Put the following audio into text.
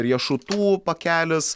riešutų pakelis